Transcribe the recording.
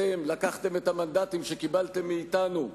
אתם לקחתם את המנדטים שקיבלתם מאתנו,